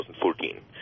2014